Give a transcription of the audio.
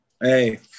Hey